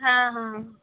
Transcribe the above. ಹಾಂ ಹಾಂ